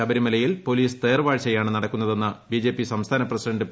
ശബരിമലയിൽ പോലീസ് തേർവാഴ്ചയാണ് നടക്കുന്നതെന്ന് ബിജെപി സംസ്ഥാന പ്രസിഡന്റ് പി